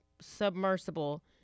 submersible